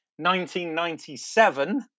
1997